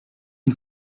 une